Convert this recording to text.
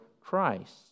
Christ